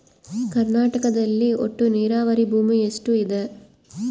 ಕರ್ನಾಟಕದಲ್ಲಿ ಒಟ್ಟು ನೇರಾವರಿ ಭೂಮಿ ಎಷ್ಟು ಇದೆ?